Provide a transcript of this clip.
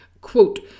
Quote